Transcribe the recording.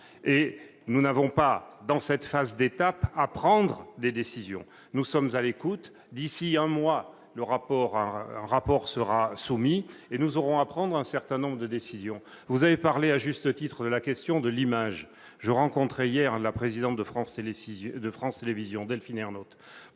nous n'avons pas de décisions à prendre. Nous sommes à l'écoute. D'ici à un mois, un rapport sera soumis, et nous devrons alors prendre un certain nombre de décisions. Vous avez parlé, à juste titre, de la question de l'image. Je rencontrais hier la présidente de France Télévisions, Delphine Ernotte,